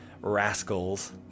rascals